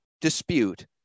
dispute